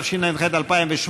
זה אושר פה אחד,